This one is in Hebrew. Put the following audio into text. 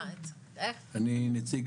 אני נציג